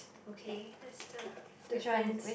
okay that is the differences